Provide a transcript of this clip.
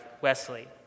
Wesley